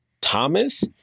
Thomas